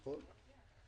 נכון?